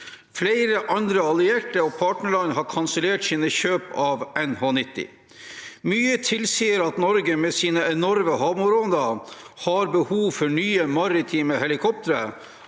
Flere andre allierte og partnerland har kansellert sine kjøp av NH90. Mye tilsier at Norge, med sine enorme havområder, har behov for nye maritime helikop